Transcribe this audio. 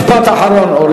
משפט אחרון.